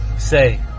say